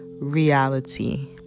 Reality